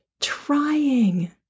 trying